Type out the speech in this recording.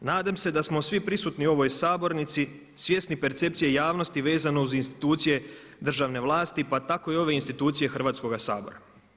Nadam se da smo svi prisutni u ovoj sabornici svjesni percepcije javnosti vezano uz institucije državne vlasti pa tako i ove institucije Hrvatskoga sabora.